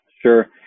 sure